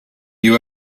you